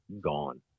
gone